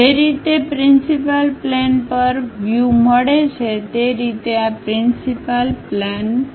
જે રીતે principal plane પર વ્યૂ મળે છે તે રીતે આ પ્રિન્સિપલ પ્લેન છે